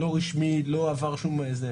לא רשמי ולא עבר שום זה,